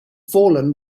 fallen